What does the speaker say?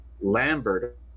Lambert